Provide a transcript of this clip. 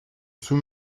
sous